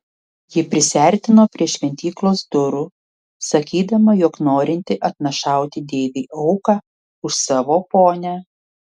ji prisiartino prie šventyklos durų sakydama jog norinti atnašauti deivei auką už savo ponią